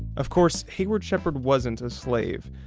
of course, hayward shepherd wasn't a slave.